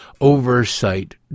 oversight